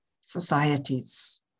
societies